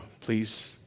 please